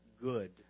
good